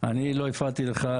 אני לא הפרעתי לך,